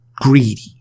Greedy